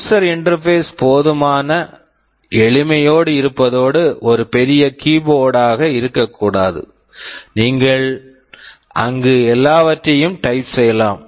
user interface user interface போதுமான எளிமையோடு இருப்பதோடு ஒரு பெரிய கீ போர்டு keyboard ஆக இருக்கக்கூடாது அங்கு நீங்கள் எல்லாவற்றையும் டைப் type செய்யலாம்